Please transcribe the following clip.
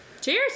cheers